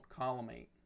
collimate